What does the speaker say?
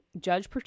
Judge